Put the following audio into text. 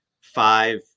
Five